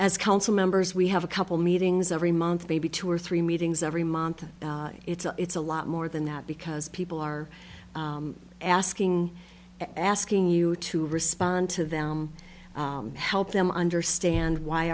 as council members we have a couple meetings every month maybe two or three meetings every month it's a it's a lot more than that because people are asking asking you to respond to them help them understand why